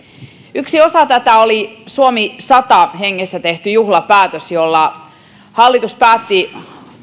yksi osa tätä oli suomi sata hengessä tehty juhlapäätös jolla hallitus päätti